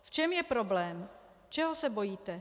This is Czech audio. V čem je problém, čeho se bojíte?